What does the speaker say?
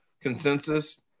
consensus